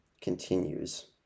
continues